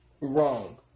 Wrong